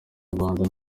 rwanda